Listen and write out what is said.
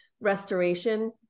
restoration